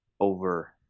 over